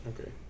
Okay